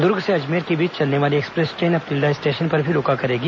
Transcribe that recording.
द्र्ग से अजमेर के बीच चलने वाली एक्सप्रेस ट्रेन अब तिल्दा स्टेशन पर भी रूका करेगी